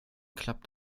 klappt